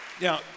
Now